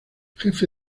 jefe